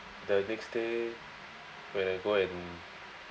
the next day when I go and